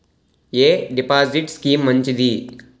ఎ deposit scheme మంచిది?